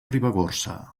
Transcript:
ribagorça